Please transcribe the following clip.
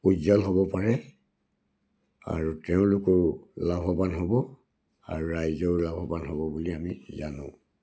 উজ্জ্বল হ'ব পাৰে আৰু তেওঁলোকৰো লাভৱান হ'ব আৰু ৰাইজেও লাভৱান হ'ব বুলি আমি জানো